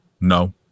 No